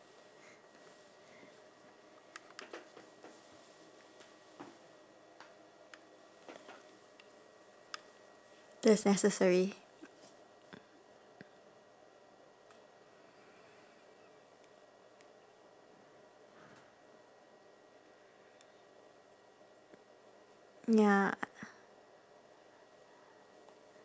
this is necessary ya